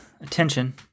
attention